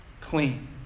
clean